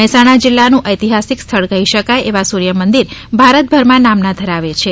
મહેસાણા જિલ્લાનું ઐતિહાસિક સ્થળ કહી શકાય એવું સૂર્યમંદિર ભારતભરમાં નામના ધરાવે છે